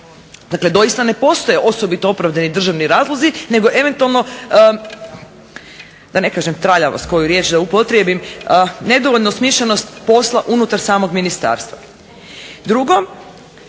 Dakle, doista ne postoje osobito opravdani državni razlozi, nego eventualno da ne kažem traljavost koju riječ da upotrijebim nedovoljna osmišljenost posla unutar samog ministarstva.